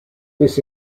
this